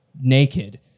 naked